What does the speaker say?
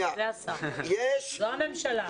זו הממשלה.